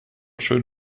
schön